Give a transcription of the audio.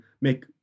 make